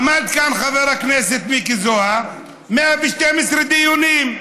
עמד כאן חבר הכנסת מיקי זוהר: 112 דיונים.